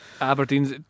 Aberdeen's